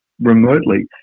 remotely